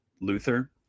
Luther